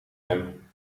hem